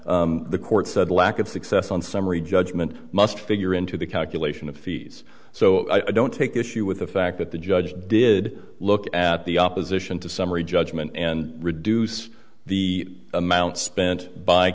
the court said lack of success on summary judgment must figure into the calculation of fees so i don't take issue with the fact that the judge did look at the opposition to summary judgment and reduce the amount spent by